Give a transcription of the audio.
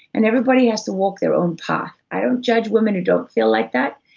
and everybody has to walk their own path. i don't judge women who don't feel like that,